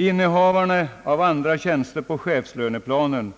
Innehavarna av andra tjänster på chefslöneplanen